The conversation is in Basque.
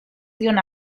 zion